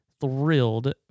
thrilled